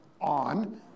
On